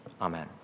Amen